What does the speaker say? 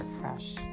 fresh